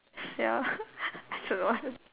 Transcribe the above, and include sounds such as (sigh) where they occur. ya (laughs) so you want